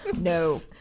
No